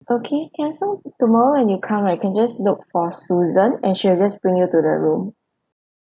okay can so tomorrow when you come right you can just look for susan and she'll just bring you to the room